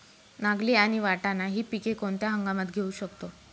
नागली आणि वाटाणा हि पिके कोणत्या हंगामात घेऊ शकतो?